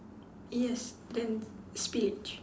yes then spillage